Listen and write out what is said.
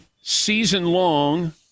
season-long